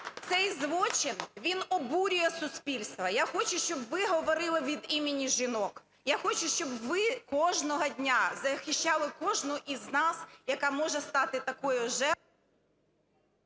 цей злочин він обурює суспільство. Я хочу, щоб ви говорили від імені жінок. Я хочу, щоб ви кожного дня захищали кожну із нас, яка може стати такою жертвою...